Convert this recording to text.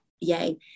yay